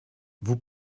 vous